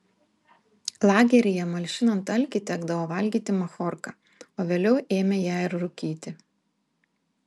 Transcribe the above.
lageryje malšinant alkį tekdavo valgyti machorką o vėliau ėmė ją ir rūkyti